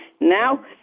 Now